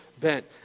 bent